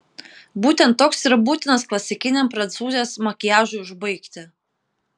būtent toks ir būtinas klasikiniam prancūzės makiažui užbaigti